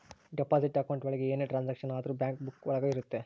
deposit account ಒಳಗ ಏನೇ transaction ಆದ್ರೂ ಬ್ಯಾಂಕ್ ಬುಕ್ಕ ಒಳಗ ಇರುತ್ತೆ